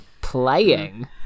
playing